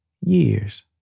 years